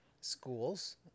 schools